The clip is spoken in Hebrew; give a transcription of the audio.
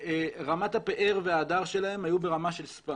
שרמת הפאר וההדר שם היו ברמה של ספא